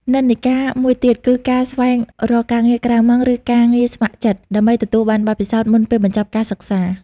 និន្នាការមួយទៀតគឺការស្វែងរកការងារក្រៅម៉ោង ឬការងារស្ម័គ្រចិត្ត ដើម្បីទទួលបានបទពិសោធន៍មុនពេលបញ្ចប់ការសិក្សា។